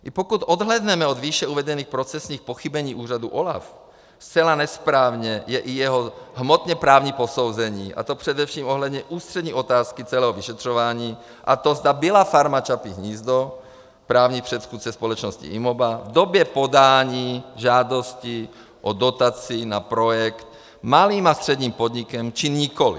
I pokud odhlédneme od výše uvedených procesních pochybení úřadu OLAF, zcela nesprávné je i jeho hmotněprávní posouzení, a to především ohledně ústřední otázky celého vyšetřování, a to, zda byla Farma Čapí hnízdo, právní předchůdce společnosti IMOBA, v době podání žádosti o dotaci na projekt malým a středním podnikem, či nikoliv.